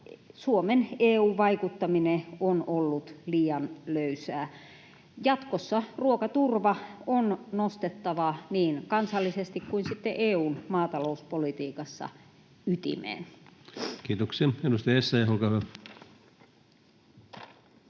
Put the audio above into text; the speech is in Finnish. Suomen EU-vaikuttaminen on ollut liian löysää. Jatkossa ruokaturva on nostettava niin kansallisesti kuin sitten EU:nkin maatalouspolitiikassa ytimeen. [Speech 133] Speaker: